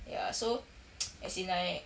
ya so as in like